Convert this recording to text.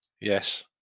yes